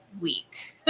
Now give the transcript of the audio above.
week